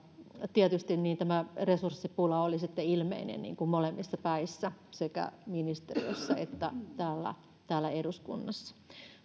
tietysti tämä resurssipula on sitten ilmeinen molemmissa päissä sekä ministeriössä että täällä eduskunnassa